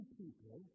people